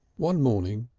one morning,